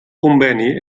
conveni